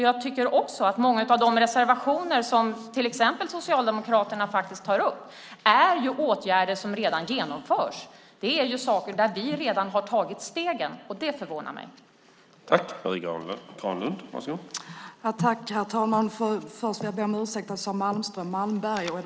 Jag tycker nämligen att många av de reservationer som till exempel Socialdemokraterna tar upp gäller sådant som redan genomförs, där vi redan tagit stegen. Det förvånar mig således.